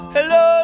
Hello